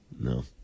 no